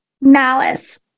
malice